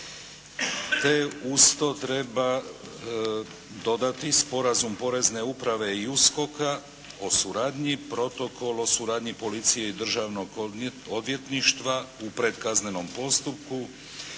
te uz to treba dodati sporazum porezne uprave i USKOK-a o suradnji, protokol o suradnji policije i državnog odvjetništva u pretkaznenom postupku,